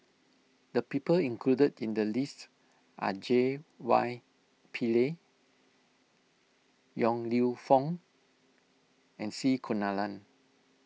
the people included in the list are J Y Pillay Yong Lew Foong and C Kunalan